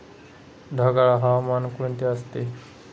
ढगाळ हवामान कोणते असते?